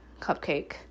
cupcake